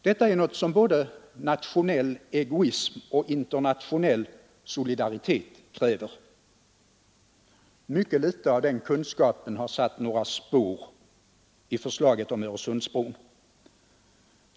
Detta är något som både nationell egoism och internationell solidaritet kräver. Mycket litet av den kunskapen har satt några spår i förslaget om Öresundsbron.